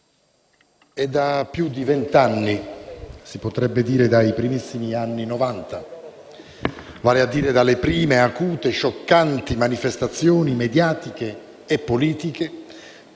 è da più di vent'anni (si potrebbe dire dai primissimi anni Novanta), vale a dire dalle prime, acute, scioccanti manifestazioni, mediatiche e politiche,